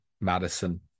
Madison